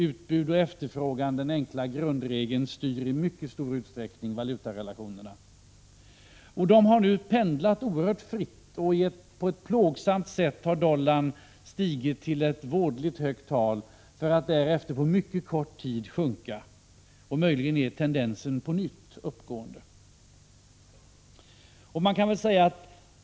Utbud och efterfrågan — den enkla grundregeln — styr i mycket stor utsträckning valutarelationerna. Valutakurserna har nu pendlat oerhört fritt. På ett plågsamt sätt har dollarn stigit till vådligt höga tal för att därefter på mycket kort tid sjunka. Möjligen är tendensen på nytt uppåtgående.